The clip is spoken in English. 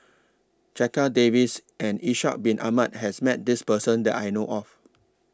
Checha Davies and Ishak Bin Ahmad has Met This Person that I know of